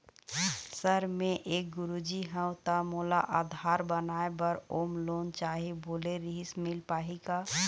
Sir मे एक गुरुजी हंव ता मोला आधार बनाए बर होम लोन चाही बोले रीहिस मील पाही का?